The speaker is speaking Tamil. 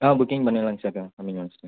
ஆ புக்கிங் பண்ணிடலாங்க சார் க பண்ணிக்கலாங்க சார்